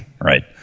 Right